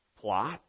plot